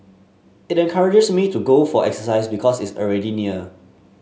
it encourages me to go for exercise because it's already near